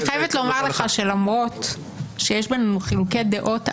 אני חייבת לומר לך שלמרות שיש לנו חילוקי דעות עמוקים,